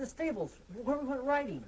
the stables were right